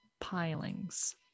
pilings